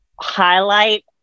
Highlight